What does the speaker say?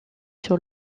sur